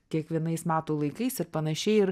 kiekvienais metų laikais ir panašiai ir